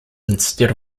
instead